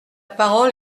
parole